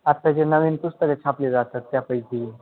आता जे नवीन पुस्तकं छापली जातात त्यापैकी